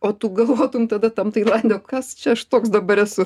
o tu galvotum tada tam tailande kas čia aš toks dabar esu